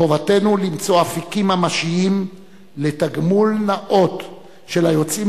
חובתנו למצוא אפיקים ממשיים לתגמול נאות של היוצאים